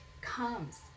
comes